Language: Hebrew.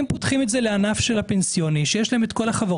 אם פותחים את זה לענף של הפנסיוני שיש להם את כל החברות,